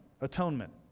Atonement